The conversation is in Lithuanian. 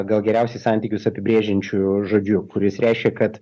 gal geriausiai santykius apibrėžiančiu žodžiu kuris reiškia kad